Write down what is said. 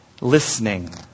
listening